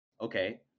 okay